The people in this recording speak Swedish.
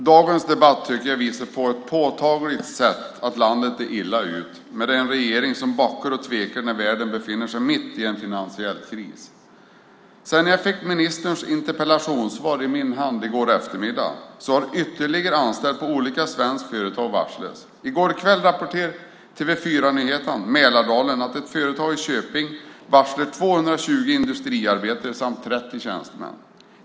Fru talman! Jag tycker att dagens debatt på ett påtagligt sätt visar att landet är illa ute med en regering som backar och tvekar när världen befinner sig mitt i en finansiell kris. Sedan jag fick ministerns interpellationssvar i min hand i går eftermiddag har ytterligare anställda på olika svenska företag varslats. I går kväll rapporterade Nyheterna Mälardalen i TV 4 att ett företag i Köping varslar 220 industriarbetare samt 30 tjänstemän.